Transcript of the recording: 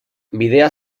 bidea